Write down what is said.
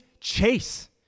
chase